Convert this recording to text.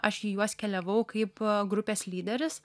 aš jį juos keliavau kaip grupės lyderis